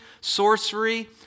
sorcery